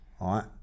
right